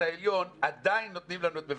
עדיין.